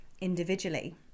individually